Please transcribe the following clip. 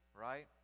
right